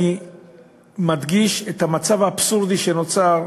אני מדגיש את המצב האבסורדי שנוצר,